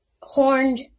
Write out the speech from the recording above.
horned